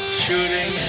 shooting